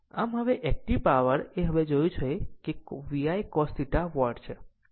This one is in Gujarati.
આમ હવે એક્ટીવ પાવરએ હવે જોયું છે કે VI cos θ વોટ છે